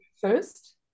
first